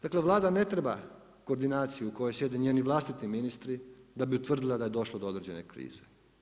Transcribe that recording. Dakle, Vlada ne treba koordinaciju u kojoj sjede njeni vlastiti ministri da bi utvrdila da je došla do određene krize.